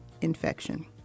infection